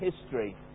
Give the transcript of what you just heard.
history